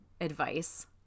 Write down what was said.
advice